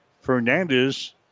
Fernandez